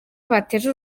bateje